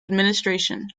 administration